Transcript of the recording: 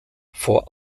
vor